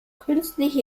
künstliche